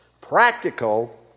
practical